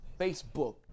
Facebook